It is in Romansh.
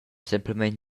semplamein